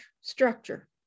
structure